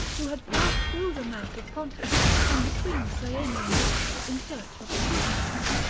who had passed through the mouth of pontus and between the cyanean rocks in search of the chieftains.